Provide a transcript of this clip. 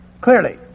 Clearly